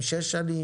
תוך שש שנים,